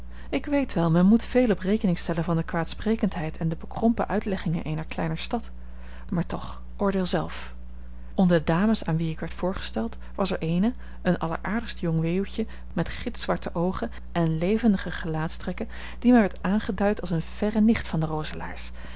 ik weet wel men moet veel op rekening stellen van de kwaadsprekendheid en de bekrompen uitleggingen eener kleine stad maar toch oordeel zelf onder de dames aan wie ik werd voorgesteld was er eene een alleraardigst jong weeuwtje met gitzwarte oogen en levendige gelaatstrekken die mij werd aangeduid als een verre nicht van de